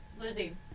Lizzie